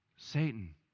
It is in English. Satan